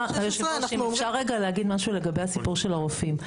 אם אפשר רגע להגיד משהו לגבי הסיפור של הרופאים.